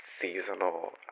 seasonal